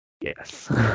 yes